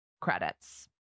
credits